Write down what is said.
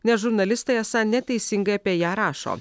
nes žurnalistai esą neteisingai apie ją rašo